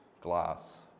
glass